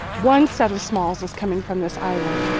one set of smalls was coming from this island.